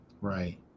Right